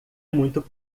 muito